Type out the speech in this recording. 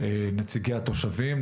נציגי התושבים,